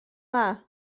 dda